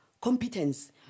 competence